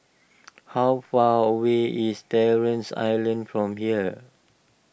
how far away is Terren Island from here